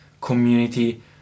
community